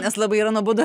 nes labai yra nuobodu